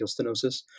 stenosis